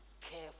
care